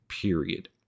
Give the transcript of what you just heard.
period